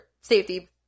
safety